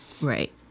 Right